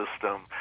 system